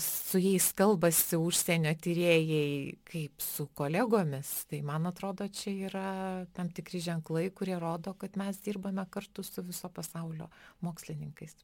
su jais kalbasi užsienio tyrėjai kaip su kolegomis tai man atrodo čia yra tam tikri ženklai kurie rodo kad mes dirbame kartu su viso pasaulio mokslininkais